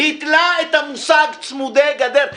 -- ביטלה את המושג צמודי גדר.